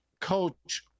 coach